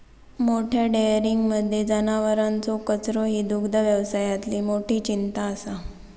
मोठ्या डेयरींमध्ये जनावरांचो कचरो ही दुग्धव्यवसायातली मोठी चिंता असा